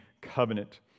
covenant